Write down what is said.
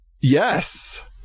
Yes